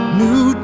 new